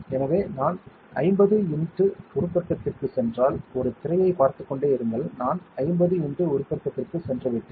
எனவே நான் 50 x உருப்பெருக்கத்திற்குச் சென்றால் ஒரு திரையைப் பார்த்துக்கொண்டே இருங்கள் நான் 50 x உருப்பெருக்கத்திற்குச் சென்றுவிட்டேன்